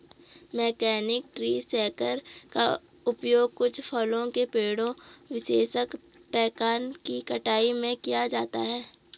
mechanical tree shaker का उपयोग कुछ फलों के पेड़ों, विशेषकर पेकान की कटाई में किया जाता है